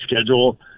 schedule